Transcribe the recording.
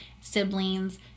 siblings